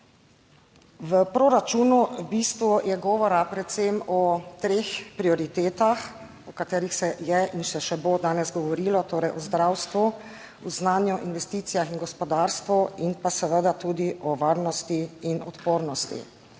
V proračunu v bistvu je govora predvsem o treh prioritetah, o katerih se je in se še bo danes govorilo, torej o zdravstvu, o znanju o investicijah in gospodarstvu in pa seveda tudi o varnosti in odpornosti.